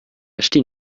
acheter